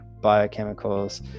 biochemicals